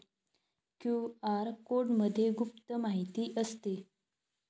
QR कोडमध्ये गुप्त माहिती असते